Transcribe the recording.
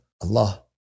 Allah